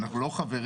אנחנו לא חברים,